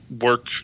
work